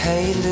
Hey